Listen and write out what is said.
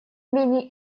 менее